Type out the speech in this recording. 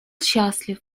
счастлив